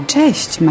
Cześć